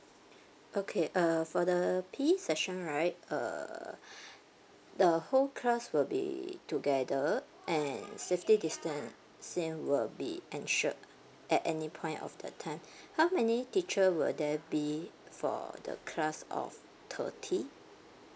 okay uh for the P_E session right uh the whole class will be together and safety distance still will be ensured at any point of the time how many teacher will there be for the class of thirty